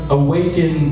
awaken